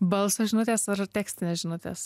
balso žinutės ar tekstinės žinutės